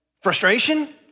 Frustration